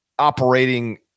Operating